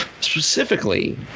specifically